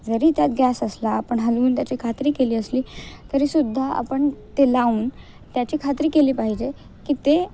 जरी त्यात गॅस असला आपण हालवून त्याची खात्री केली असली तरीसुद्धा आपण ते लावून त्याची खात्री केली पाहिजे की ते